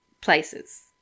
places